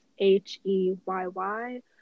h-e-y-y